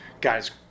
guys